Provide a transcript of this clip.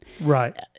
Right